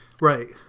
Right